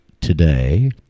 today